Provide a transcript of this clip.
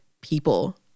people